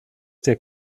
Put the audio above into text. der